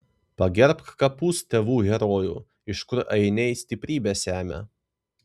pagerbk kapus tėvų herojų iš kur ainiai stiprybę semia